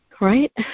Right